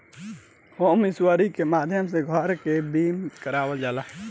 home insurance के माध्यम से घर के बीमा करावल जाला